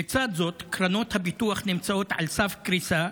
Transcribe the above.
לצד זאת, קרנות הביטוח נמצאות על סף קריסה,